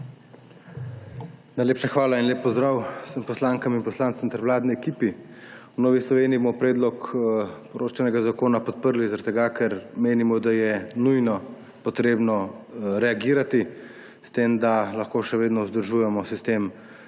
Najlepša hvala. En lep pozdrav vsem poslankam in poslancem ter vladni ekipi. V Novi Sloveniji bomo predlog poroštvenega zakona podprli, ker menimo, da je nujno treba reagirati, da lahko še vedno vzdržujemo sistem